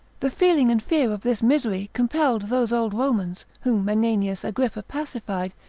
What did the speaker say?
the feeling and fear of this misery compelled those old romans, whom menenius agrippa pacified,